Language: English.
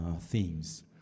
Themes